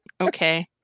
Okay